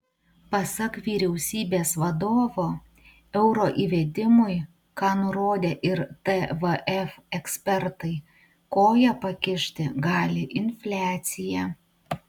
pasak vyriausybės vadovo euro įvedimui ką nurodė ir tvf ekspertai koją pakišti gali infliacija